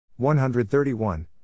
131